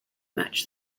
much